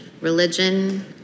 religion